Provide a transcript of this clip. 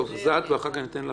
בבקשה.